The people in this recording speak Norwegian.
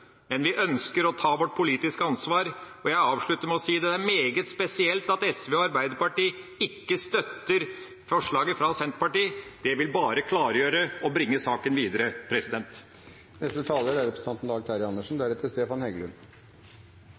men vi ønsker å ta vårt politiske ansvar. Jeg avslutter med å si at det er meget spesielt at SV og Arbeiderpartiet ikke støtter forslagene fra Senterpartiet. De vil bare klargjøre og bringe saken videre.